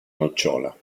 nocciola